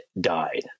died